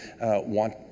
want